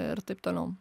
ir taip toliau